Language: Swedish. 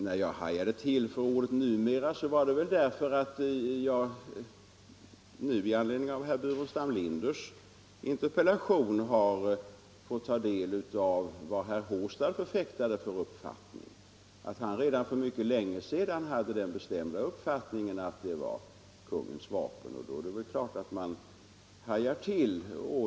När jag hajade till för ordet ”numera” var det därför att jag i den uppgift som herr Håstad förfäktar. Han hade alltså redan för länge sedan den bestämda uppfattningen att det var kungens vapen, och då är det klart att man hajar till.